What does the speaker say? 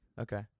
Okay